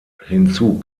hinzu